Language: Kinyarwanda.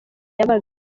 yabaga